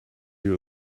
you